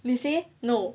they say no